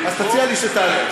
אז תציע לי כשתעלה.